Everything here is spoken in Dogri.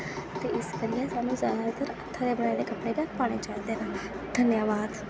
ते इस करियै सानूं जैदातर हत्थें दे बनाए दे कपड़े गै पाह्ने चाहिदे न धन्नबाद